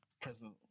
present